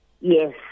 Yes